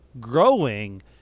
growing